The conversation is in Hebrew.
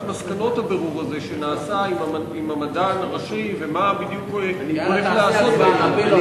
מסקנות הבירור הזה שנעשה עם המדען הראשי ומה בדיוק הוא הולך לעשות בעניין.